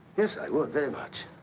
yes, i would. very much.